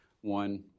One